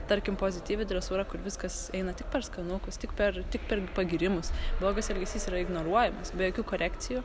tarkim pozityvi dresūra kur viskas eina tik per skanukus tik per tik per pagyrimus blogas elgesys yra ignoruojamas be jokių korekcijų